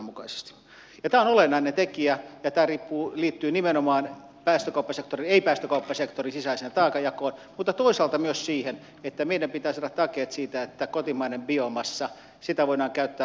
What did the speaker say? tämä on olennainen tekijä ja tämä liittyy nimenomaan päästökauppasektoriin ei päästökauppasektorin sisäiseen taakanjakoon mutta toisaalta myös siihen että meidän pitää saada takeet siitä että kotimaista biomassaa voidaan käyttää uusiutuvana ja päästöttömänä myös tulevaisuudessa